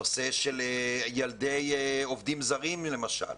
נושא של ילדי עובדים זרים למשל,